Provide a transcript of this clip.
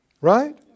Right